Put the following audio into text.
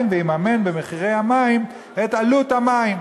ויממן בתשלום מחירי המים את עלות המים,